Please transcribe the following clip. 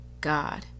God